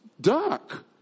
duck